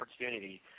opportunity